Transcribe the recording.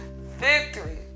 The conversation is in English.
victory